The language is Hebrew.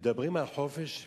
מדברים על חופש ביטוי?